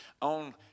on